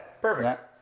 perfect